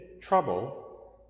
trouble